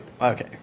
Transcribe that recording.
okay